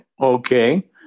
Okay